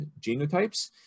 genotypes